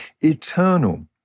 Eternal